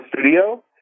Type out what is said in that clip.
Studio